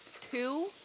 Two